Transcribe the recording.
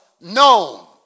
known